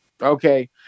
Okay